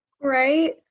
Right